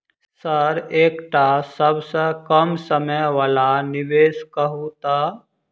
Sir एकटा सबसँ कम समय वला निवेश कहु तऽ?